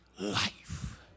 Life